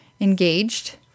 engaged